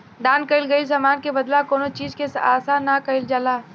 दान कईल गईल समान के बदला कौनो चीज के आसा ना कईल जाला